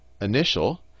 initial